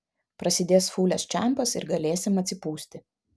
prasidės fūlės čempas ir galėsim atsipūsti